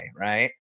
right